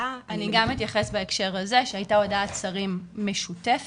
אני גם אתייחס בהקשר הזה שהייתה הודעת שרים משותפת,